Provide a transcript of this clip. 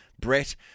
Brett